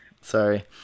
sorry